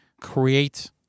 create